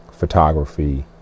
Photography